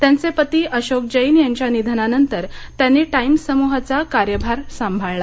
त्यांचे पती अशोक जैन यांच्या निधनानंतर त्यांनी टाइम्स समूहाचा कार्यभार सांभाळला